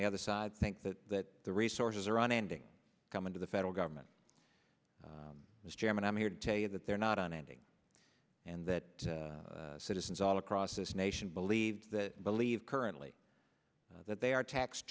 the other side think that that the resources are on ending coming to the federal government as chairman i'm here to tell you that they're not on ending and that citizens all across this nation believe that believe currently that they are taxed